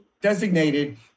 designated